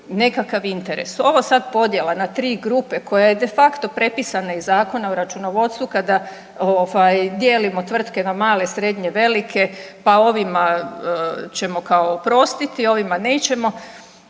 nekakav interes. Ova sad podjela na tri grupe koja je de facto prepisana iz Zakona o računovodstvu, kada dijelimo tvrtke na male, srednje, velike, pa ovima ćemo kao oprostiti, ovima nećemo.